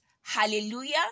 Hallelujah